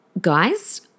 Guys